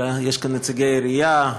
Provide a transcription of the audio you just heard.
יש כאן נציגי עירייה,